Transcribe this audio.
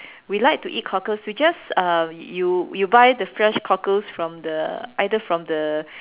we like to eat cockles we just um you you buy you buy the fresh cockles from the either from the